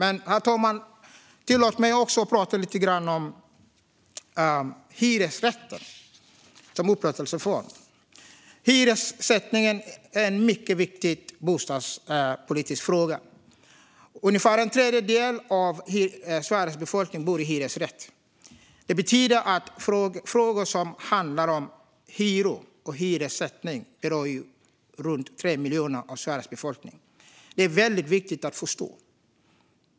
Men, herr talman, tillåt mig också att prata lite grann om hyresrätten som upplåtelseform. Hyressättning är en mycket viktig bostadspolitisk fråga. Ungefär en tredjedel av Sveriges befolkning bor i hyresrätt. Det betyder att frågor som handlar om hyror och hyressättning berör runt 3 miljoner av Sveriges befolkning. Detta är väldigt viktigt att förstå.